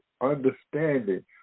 understanding